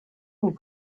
and